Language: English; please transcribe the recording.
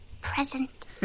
present